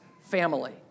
family